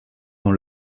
dans